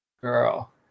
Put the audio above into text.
Girl